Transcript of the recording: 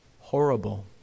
horrible